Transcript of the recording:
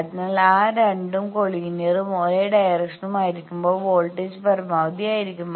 അതിനാൽ ആ 2ഉം കോളിനിയറും ഒരേ ഡയറക്ഷനും ആയിരിക്കുമ്പോൾ വോൾട്ടേജ് പരമാവധി ആയിരിക്കും